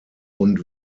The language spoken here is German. und